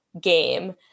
game